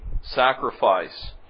sacrifice